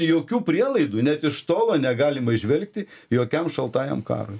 jokių prielaidų net iš tolo negalima įžvelgti jokiam šaltajam karui